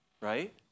Right